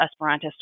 Esperantist